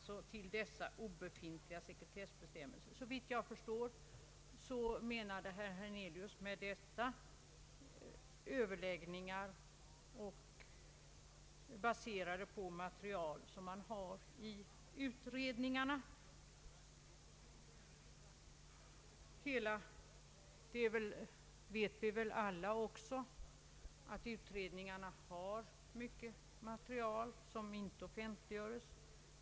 Såvitt jag förstår menade herr Hernelius därmed överläggningar, baserade på material som finns i utredningarna. Vi vet väl alla att utredningarna har mycket material som inte offentliggörs.